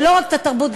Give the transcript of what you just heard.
ולא רק את התרבות,